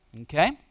Okay